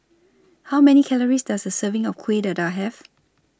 How Many Calories Does A Serving of Kuih Dadar Have